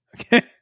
okay